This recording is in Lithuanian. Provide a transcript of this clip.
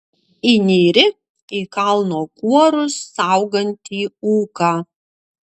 įnyri į kalno kuorus saugantį ūką